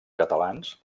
catalans